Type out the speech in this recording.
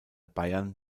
bayern